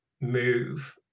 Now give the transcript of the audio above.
move